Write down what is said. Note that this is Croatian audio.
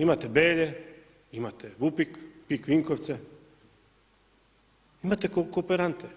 Imate Belje, imate Vupik, PIK Vinkovce, imate kooperante